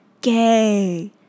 gay